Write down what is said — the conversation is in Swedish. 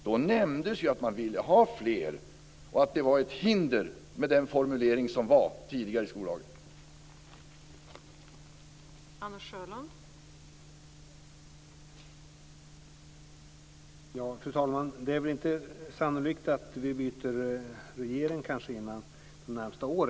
Då nämndes att man ville ha fler lärare och att den formulering som fanns tidigare i skollagen var ett hinder.